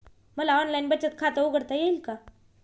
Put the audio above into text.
मला ऑनलाइन बचत खाते उघडता येईल का?